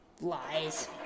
Lies